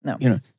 No